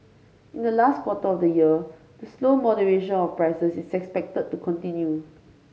in the last quarter of the year the slow moderation of prices is expected to continue